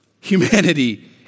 humanity